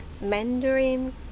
Mandarin